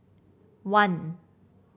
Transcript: one